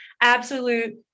absolute